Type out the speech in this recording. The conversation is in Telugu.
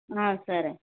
సరే